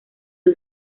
the